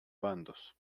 bandos